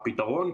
הפתרון,